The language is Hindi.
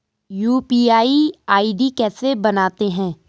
यु.पी.आई आई.डी कैसे बनाते हैं?